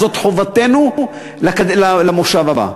זאת חובתנו למושב הבא.